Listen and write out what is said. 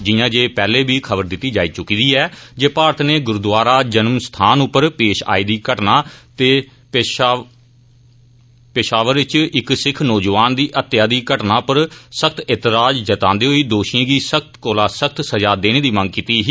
जियां जे पैहले बी खबर दित्ती जाई चुकी दी ऐ जे भारत नै गुरूद्वारा जनम स्थान पर पेश आई दी घटना ते पेशावर च इक सिक्ख नोजवान दी हत्या दी घटना पर सख्त एतराज जतांदे होई दोषिएं गी सख्त कोला सख्त सजा देने दी मंग कीती ही